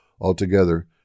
Altogether